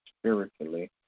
spiritually